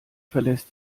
verlässt